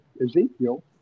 Ezekiel